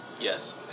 Yes